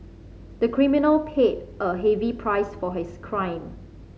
the criminal paid a heavy price for his crime